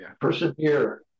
Persevere